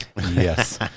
Yes